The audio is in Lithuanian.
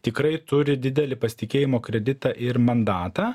tikrai turi didelį pasitikėjimo kreditą ir mandatą